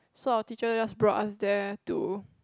so our teacher just brought us there to